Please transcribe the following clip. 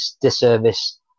disservice